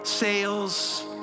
Sails